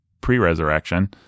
pre-resurrection